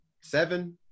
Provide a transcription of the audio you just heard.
seven